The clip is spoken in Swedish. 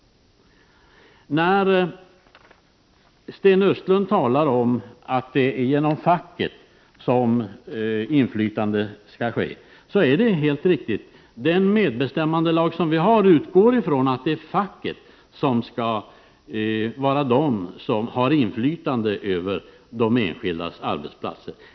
När Sten Östlund säger att det är genom facket som inflytande skall ske, har han helt rätt. Den medbestämmandelag som gäller utgår ifrån att det är facket som skall vara den som har inflytande över de enskildas arbetsplatser.